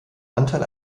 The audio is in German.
anteil